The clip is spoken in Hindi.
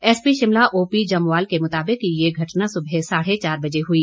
एसपी शिमला ओपी जम्वाल के मुताबिक यह घटना सुबह साढ़े चार बजे हुई